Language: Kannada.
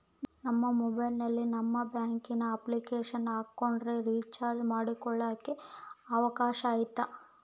ನಾನು ಮೊಬೈಲಿನಲ್ಲಿ ನಿಮ್ಮ ಬ್ಯಾಂಕಿನ ಅಪ್ಲಿಕೇಶನ್ ಹಾಕೊಂಡ್ರೆ ರೇಚಾರ್ಜ್ ಮಾಡ್ಕೊಳಿಕ್ಕೇ ಅವಕಾಶ ಐತಾ?